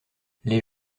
les